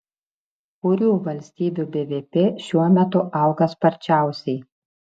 kurių valstybių bvp šiuo metu auga sparčiausiai